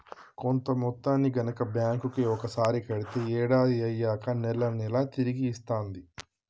కొంత మొత్తాన్ని గనక బ్యాంక్ కి ఒకసారి కడితే ఏడాది అయ్యాక నెల నెలా తిరిగి ఇస్తాంది